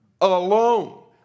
Alone